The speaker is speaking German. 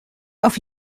auf